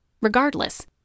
Regardless